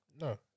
no